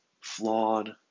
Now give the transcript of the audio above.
Flawed